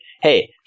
hey